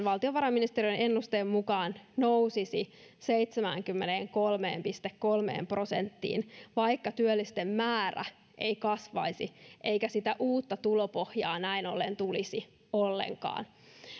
valtiovarainministeriön ennusteen mukaan nousisi seitsemäänkymmeneenkolmeen pilkku kolmeen prosenttiin vaikka työllisten määrä ei kasvaisi eikä sitä uutta tulopohjaa näin ollen tulisi ollenkaan